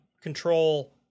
control